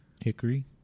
hickory